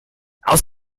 aus